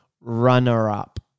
runner-up